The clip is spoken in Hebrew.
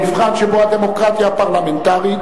ששם ייבנה מחלף משוכלל שמשם יוכלו